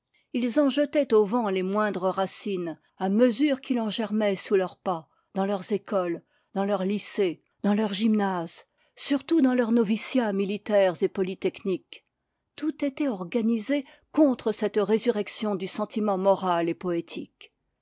ils en jetaient au vent les moindres racines à mesure qu'il en germait sous leurs pas dans leurs écoles dans leurs lycées dans leurs gymnases surtout dans leurs noviciats militaires et polytechniques tout était organisé contre cette résurrection du sentiment moral et poétique